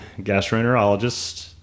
gastroenterologist